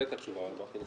ההצעה אושרה פה-אחד.